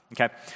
Okay